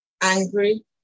angry